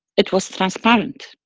it was transparent,